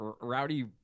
rowdy